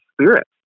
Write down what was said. Spirit